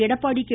Edappadi K